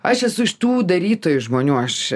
aš esu iš tų darytojų žmonių aš